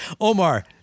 Omar